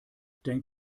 denk